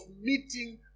meeting